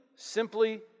simply